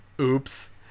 oops